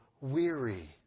weary